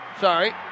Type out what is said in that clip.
Sorry